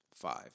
Five